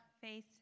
faith